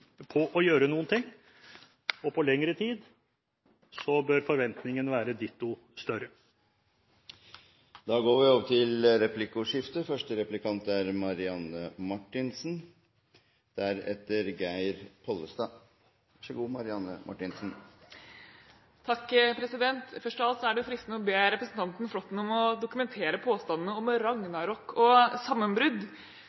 på å gjøre noe. Med lengre tid bør forventningene være ditto større. Det blir replikkordskifte. Først av alt er det fristende å be representanten Flåtten dokumentere påstandene om